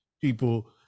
people